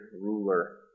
ruler